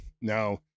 Now